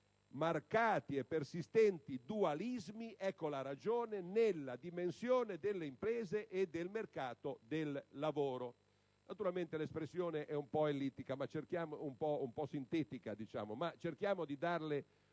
marcati e persistenti dualismi - ecco la ragione - nella dimensione delle imprese e del mercato del lavoro.